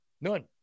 None